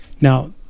Now